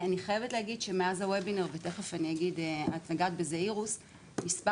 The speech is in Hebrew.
אני חייבת להגיד שמאז הוובינר אפשר לספור את מספר